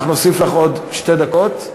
אנחנו נוסיף לך עוד שתי דקות.